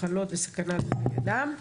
מחלות וסכנה לחיי אדם.